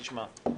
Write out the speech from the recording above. תשמע,